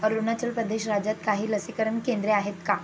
अरुणाचल प्रदेश राज्यात काही लसीकरण केंद्रे आहेत का